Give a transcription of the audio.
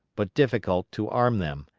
but difficult to arm them,